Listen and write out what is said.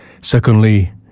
Secondly